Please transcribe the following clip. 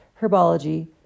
herbology